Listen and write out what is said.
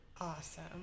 Awesome